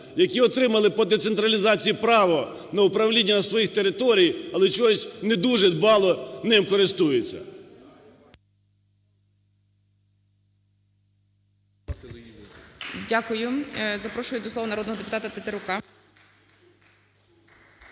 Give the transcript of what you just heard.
які отримали по децентралізації право на управління на своїх територіях, але чогось не дуже дбало ним користуються. ГОЛОВУЮЧИЙ. Дякую. Запрошую до слова народного депутата Тетерука.